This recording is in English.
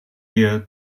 years